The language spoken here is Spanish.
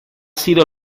sido